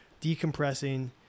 decompressing